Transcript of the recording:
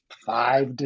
Five